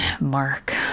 Mark